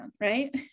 right